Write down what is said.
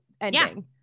ending